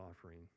offering